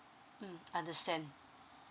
mm understand